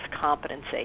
competency